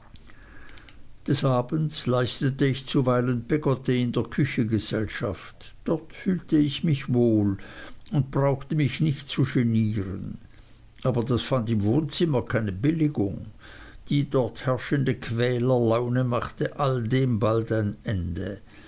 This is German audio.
des abends leistete ich zuweilen peggotty in der küche gesellschaft dort fühlte ich mich wohl und brauchte mich nicht zu genieren aber das fand im wohnzimmer keine billigung die dort herrschende quälerlaune machte all dem bald ein ende